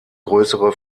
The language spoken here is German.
größere